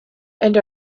and